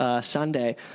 Sunday